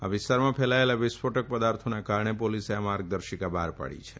આ વીસ્તારમાં ફેલાયેલા વિસ્ફોટક પદાર્થોના કારણે પોલીસે આ માર્ગદર્શિકા બહાર પાડી છે